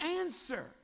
answer